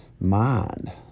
mind